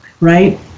right